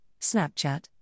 snapchat